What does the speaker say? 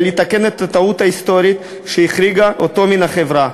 לתקן את הטעות ההיסטורית שהחריגה אותו מהחברה,